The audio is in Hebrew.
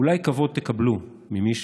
אולי תקבלו כבוד ממישהו,